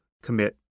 commit